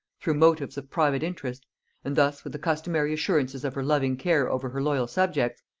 through motives of private interest and thus, with the customary assurances of her loving care over her loyal subjects,